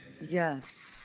yes